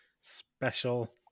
special